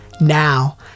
Now